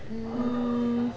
mm